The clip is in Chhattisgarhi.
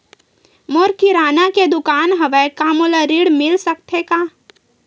मोर किराना के दुकान हवय का मोला ऋण मिल सकथे का?